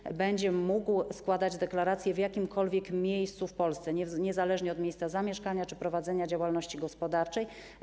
Podatnik będzie mógł składać deklarację w jakimkolwiek miejscu w Polsce, niezależnie od miejsca zamieszkania czy prowadzenia działalności gospodarczej.